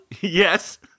Yes